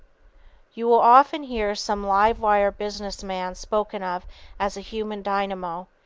you will often hear some live-wire business man spoken of as a human dynamo.